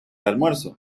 almuerzo